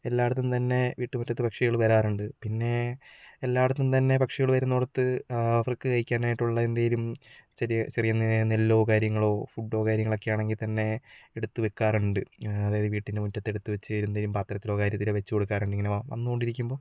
എല്ലായിടത്തും തന്നെ വീട്ടുമുറ്റത്ത് പക്ഷികൾ വരാറുണ്ട് പിന്നെ എല്ലായിടത്തും തന്നെ പക്ഷികൾ വരുന്നിടത്ത് അവർക്ക് കഴിക്കാനായിട്ടുള്ള എന്തെങ്കിലും ചെറിയ ചെറിയ നെല്ലോ കാര്യങ്ങളോ ഫുഡ്ഡോ കാര്യങ്ങളൊക്കെ ആണെങ്കിൽത്തന്നെ എടുത്തു വയ്ക്കാറുണ്ട് അതായത് വീടിൻ്റെ മുറ്റത്ത് എടുത്തു വച്ച് എന്തെങ്കിലും പാത്രത്തിലോ കാര്യത്തിലോ വച്ചു കൊടുക്കാറുണ്ട് ഇങ്ങനെ വന്നുകൊണ്ടിരിക്കുമ്പോൾ